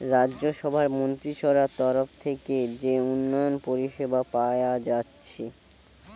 রাজ্যসভার মন্ত্রীসভার তরফ থিকে যে উন্নয়ন পরিষেবা পায়া যাচ্ছে